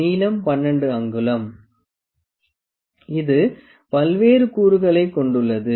நீளம் 12 அங்குலம் இது பல்வேறு கூறுகளைக் கொண்டுள்ளது